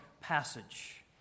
passage